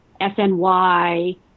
SNY